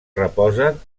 reposen